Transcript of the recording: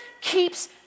keeps